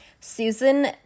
Susan